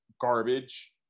garbage